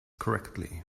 correctly